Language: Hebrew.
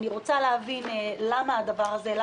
אני רוצה להבין למה הדבר הזה?